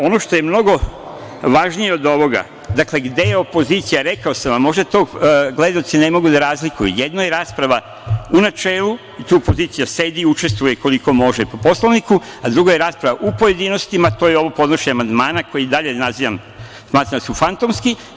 Ono što je mnogo važnije od ovoga, dakle, gde je opozicija, rekao sam vam, možda to gledaoci ne mogu da razlikuju, jedno je rasprava u načelu, tu opozicija sedi, učestvuje, koliko može po Poslovniku, a drugo je rasprava u pojedinostima, to je ovo podnošenje amandman koje i dalje nazivam, smatram da su fantomski.